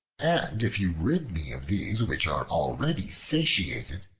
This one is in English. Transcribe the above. and if you rid me of these which are already satiated,